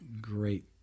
great